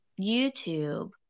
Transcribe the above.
YouTube